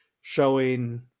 showing